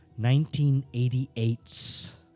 1988's